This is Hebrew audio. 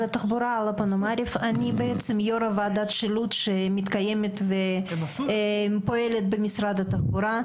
אני יו"ר ועדת שילוט שמתקיימת ופועלת במשרד התחבורה.